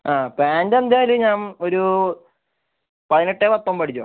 ആ പാൻ്റെന്തായാലും ഞാൻ ഒരു പതിനെട്ടെ പത്തൊമ്പത് അടിച്ചോ